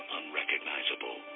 unrecognizable